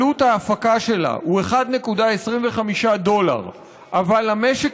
עלות ההפקה שלה הוא 1.25 דולר אבל למשק